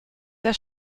der